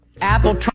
Apple